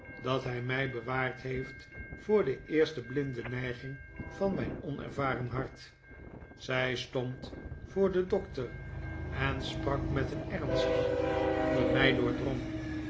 dat hij mij bewaard heeft voor de eerste blinde neiging van mijn onervaren hart zij stond voor den doctor en sprak met een ernst die mij